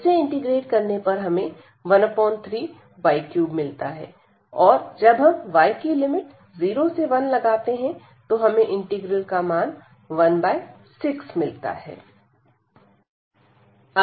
जिसे इंटीग्रेट करने पर हमें 13y3 मिलता है और जब हम yकी लिमिट 0 से 1 लगाते हैं तो हमें इंटीग्रल का मान 16 मिलता है